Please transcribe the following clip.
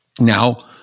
Now